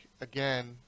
again